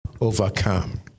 overcome